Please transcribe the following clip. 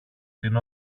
την